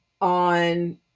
on